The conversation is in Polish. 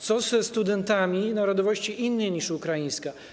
Co ze studentami narodowości innej niż ukraińska?